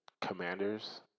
commanders